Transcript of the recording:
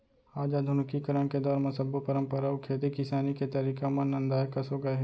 आज आधुनिकीकरन के दौर म सब्बो परंपरा अउ खेती किसानी के तरीका मन नंदाए कस हो गए हे